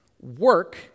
work